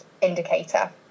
indicator